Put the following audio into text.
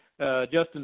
Justin